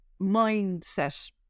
mindset